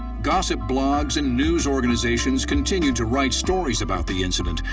gossip blogs and news organizations continued to write stories about the incident,